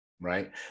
right